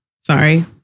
Sorry